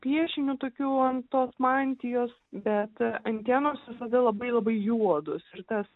piešiniu tokių ant tos mantijos bet antienos visada labai labai juodos ir tas